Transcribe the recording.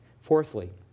Fourthly